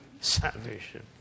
salvation